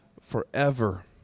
forever